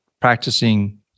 practicing